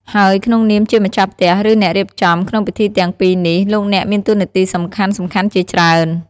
ហើយក្នុងនាមជាម្ចាស់ផ្ទះ ឬ អ្នករៀបចំ ក្នុងពិធីទាំងពីរនេះ លោកអ្នកមានតួនាទីសំខាន់ៗជាច្រើន។